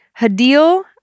Hadil